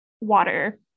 water